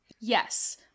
Yes